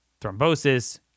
Thrombosis